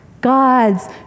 God's